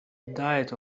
diet